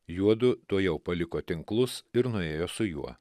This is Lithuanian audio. juodu tuojau paliko tinklus ir nuėjo su juo